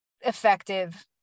effective